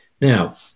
Now